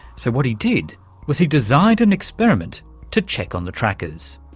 so what he did was he designed an experiment to check on the trackers.